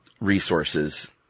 resources